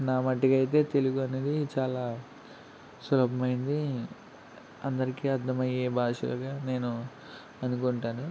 నా మట్టికి అయితే తెలుగు అనేది చాలా సులభమైంది అందరికీ అర్థమయ్యే భాషగా నేను అనుకుంటాను